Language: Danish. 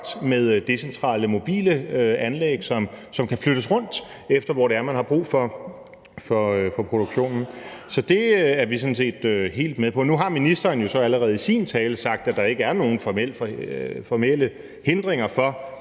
med decentrale mobile anlæg, som kan flyttes rundt, alt efter hvor det er, man har brug for produktionen. Så det er vi sådan set helt med på. Nu har ministeren jo så allerede i sin tale sagt, at der ikke er nogen formelle hindringer for,